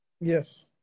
Yes